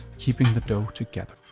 keeping the dough together.